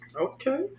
Okay